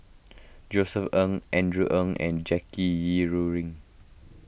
Josef Ng Andrew Ang and Jackie Yi Ru Ying